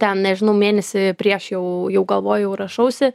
ten nežinau mėnesį prieš jau jau galvojau rašausi